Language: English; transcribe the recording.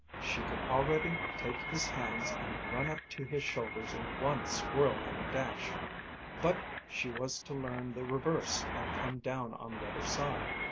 she could already take his hands and run up to his shoulders in one squirrel-like dash but she was to learn the reverse and come down on the other side,